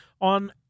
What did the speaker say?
on